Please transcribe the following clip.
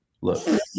Look